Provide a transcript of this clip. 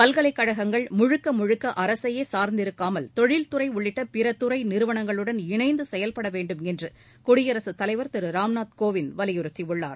பல்கலைக்கழகங்கள் முழுக்க முழுக்க அரசையே சார்ந்திருக்காமல் தொழில்துறை உள்ளிட்ட பிற துறை நிறுவனங்களுடன் இணைந்து செயல்பட வேண்டுமென்று குடியரசு தலைவர் திரு ராம்நாத் கோவிந்த் வலியுறுத்தியுள்ளார்